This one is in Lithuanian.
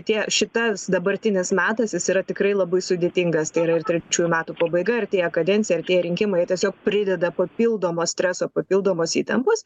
tie šitas dabartinis metas jis yra tikrai labai sudėtingas tai yra trečiųjų metų pabaiga artėja kadencija artėja rinkimai tiesiog prideda papildomo streso papildomos įtampos